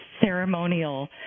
ceremonial